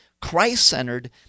Christ-centered